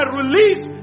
release